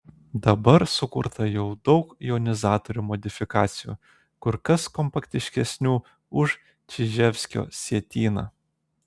dabar sukurta jau daug jonizatorių modifikacijų kur kas kompaktiškesnių už čiževskio sietyną